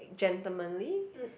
gentlemanly